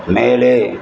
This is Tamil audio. மேலே